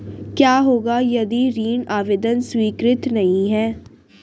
क्या होगा यदि ऋण आवेदन स्वीकृत नहीं है?